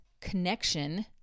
connection